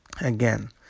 again